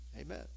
amen